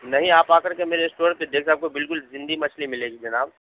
نہیں آپ آ کر کے میرے اسٹور پر دیکھیے آپ کو بالکل زندہ مچھلی ملے گی جناب